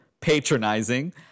patronizing